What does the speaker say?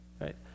right